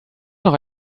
noch